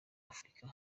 africa